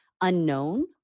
unknown